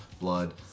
blood